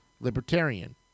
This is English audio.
libertarian